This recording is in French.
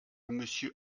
monsieur